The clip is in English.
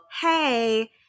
hey